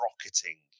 rocketing